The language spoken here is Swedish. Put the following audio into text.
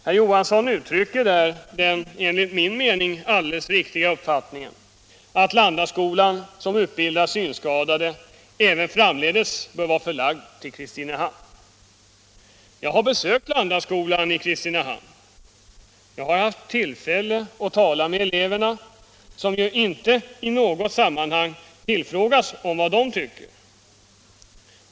Herr Johansson uttrycker den enligt min mening alldeles riktiga uppfattningen att Landaskolan, som utbildar synskadade, även framdeles bör vara förlagd till Kristinehamn. Jag har besökt Landaskolan i Kristinehamn, och jag har haft tillfälle att tala med eleverna, som ju inte i något sammanhang tillfrågas om vad de tycker.